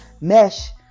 mesh